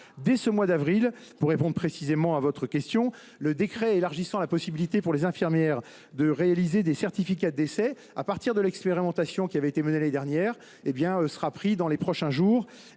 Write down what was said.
2024. Ah ! Pour répondre précisément à votre question, le décret élargissant la possibilité pour les infirmières de réaliser des certificats de décès à partir de l’expérimentation menée l’année dernière sera pris dans les prochains jours.